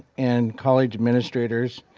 and college administrators,